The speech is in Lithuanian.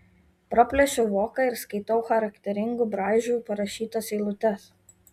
praplėšiu voką ir skaitau charakteringu braižu parašytas eilutes